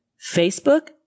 Facebook